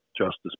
Justice